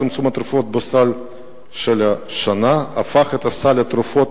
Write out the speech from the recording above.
צמצום התרופות בסל של השנה הפך את סל התרופות